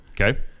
Okay